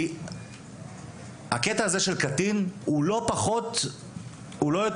כי הקטע הזה של קטין - הוא לא יותר